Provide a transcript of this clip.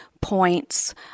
points